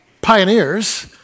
pioneers